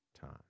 time